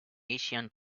asian